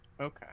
Okay